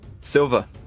Silva